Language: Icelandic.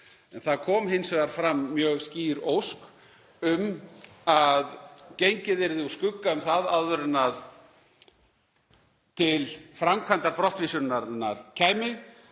Það kom hins vegar fram mjög skýr ósk um að gengið yrði úr skugga um það áður en til framkvæmdar brottvísunarinnar kæmi